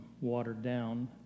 watered-down